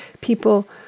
people